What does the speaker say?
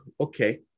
Okay